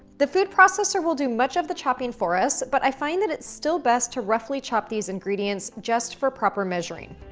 the food processor will do much of the chopping for us but i find that it's still best to roughly chop these ingredients just for proper measuring.